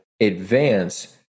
advance